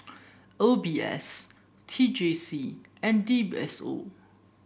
O B S T J C and D S O